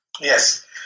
Yes